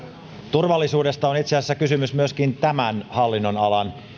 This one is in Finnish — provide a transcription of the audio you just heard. turvallisuudesta on itse asiassa kysymys myöskin tämän hallinnonalan